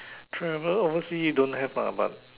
travel oversea don't have lah but